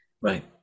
Right